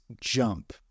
jump